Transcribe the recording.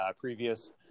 previous